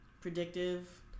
Predictive